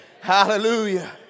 hallelujah